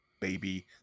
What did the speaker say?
baby